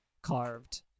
carved